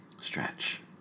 stretch